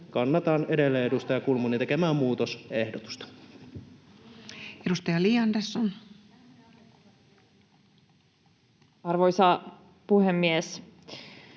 kannatan edellä edustaja Kulmunin tekemää muutosehdotusta. Edustaja Li Andersson. Arvoisa puhemies!